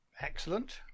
excellent